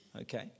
Okay